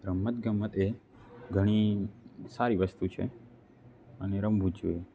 રમત ગમત એ ઘણી સારી વસ્તુ છે અને રમવું જોઈએ